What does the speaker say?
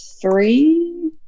three